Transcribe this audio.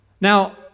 now